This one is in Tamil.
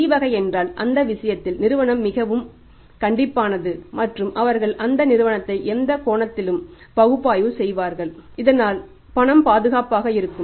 C வகை என்றால் அந்த விஷயத்தில் நிறுவனம் மிகவும் மிகவும் கண்டிப்பானது மற்றும் அவர்கள் அந்த நிறுவனத்தை எந்த கோணத்திலும் பகுப்பாய்வு செய்ய வேண்டும் இதனால் பணம் பாதுகாப்பாக இருக்கும்